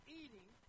eating